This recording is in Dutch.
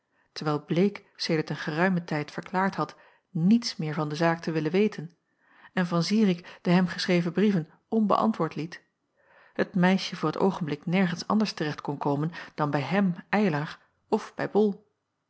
terwijl bleek sedert een geruimen tijd verklaard had niets meer van de zaak te willen weten en van zirik de hem geschreven brieven onbeäntwoord liet het meisje voor t oogenblik nergens anders te recht kon komen dan bij hem eylar of